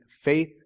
faith